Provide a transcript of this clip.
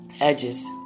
edges